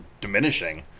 diminishing